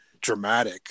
dramatic